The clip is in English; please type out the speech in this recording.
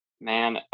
man